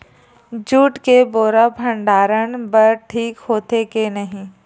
Jute के बोरा भंडारण बर ठीक होथे के नहीं?